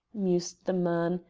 mused the man,